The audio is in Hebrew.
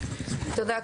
תודה,